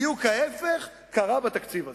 בדיוק ההיפך קרה בתקציב הזה.